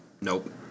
Nope